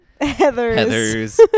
heathers